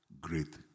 great